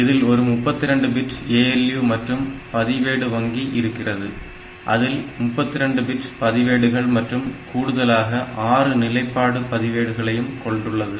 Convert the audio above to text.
இதில் ஒரு 32 bit ALU மற்றும் பதிவேடு வங்கி இருக்கிறது அதில் 32 பிட் பதிவேடுகள் மற்றும் கூடுதலாக 6 நிலைப்பாடு பதிவேடுகளையும் கொண்டுள்ளது